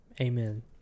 Amen